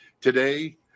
Today